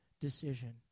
decision